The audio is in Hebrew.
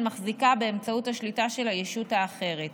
מחזיקה באמצעי השליטה של הישויות האחרות,